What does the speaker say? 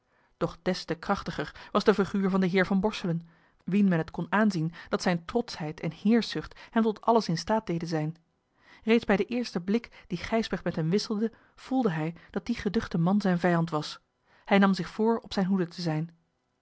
des te krachtiger was de figuur van den heer van borselen wien men het kon aanzien dat zijne trotschheid en heerschzucht hem tot alles in staat deden zijn reeds bij den eersten blik dien gijsbrecht met hem wisselde voelde hij dat die geduchte man zijn vijand was hij nam zich voor op zijne hoede te zijn